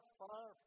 far